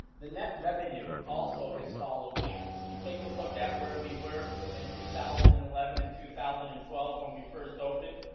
the net revenue also has followed that, if you take a look at where we were in and two thousand and eleven and two thousand and twelve when we first opened,